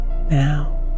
now